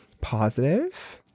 positive